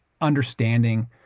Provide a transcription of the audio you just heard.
understanding